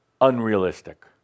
unrealistic